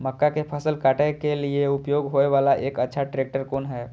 मक्का के फसल काटय के लिए उपयोग होय वाला एक अच्छा ट्रैक्टर कोन हय?